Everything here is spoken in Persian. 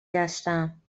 گشتم